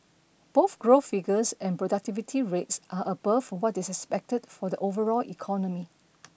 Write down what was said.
both growth figures and productivity rates are above what is expected for the overall economy